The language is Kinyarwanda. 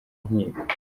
inkiko